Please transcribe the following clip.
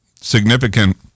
significant